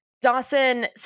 Dawson